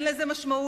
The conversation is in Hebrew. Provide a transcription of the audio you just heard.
גם אין לזה משמעות.